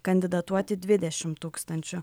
kandidatuoti dvidešim tūkstančių